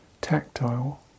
tactile